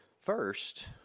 First